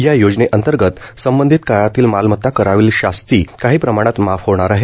या योजनेअंतर्गत संबंधित काळातील मालमता करावरील शास्ती काही प्रमाणात माफ होणार आहे